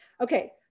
Okay